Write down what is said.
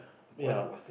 ya